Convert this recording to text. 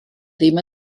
ddim